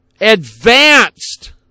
advanced